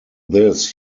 this